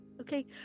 Okay